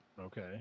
Okay